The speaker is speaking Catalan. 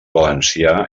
valencià